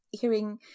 hearing